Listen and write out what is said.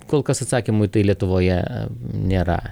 kol kas atsakymų tai lietuvoje nėra